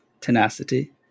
tenacity